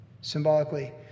symbolically